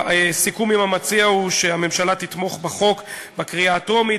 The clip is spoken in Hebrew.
הסיכום עם המציע הוא שהממשלה תתמוך בחוק בקריאה הטרומית,